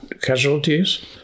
casualties